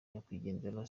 nyakwigendera